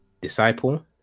disciple